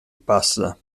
passa